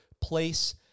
place